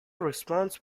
responds